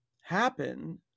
happen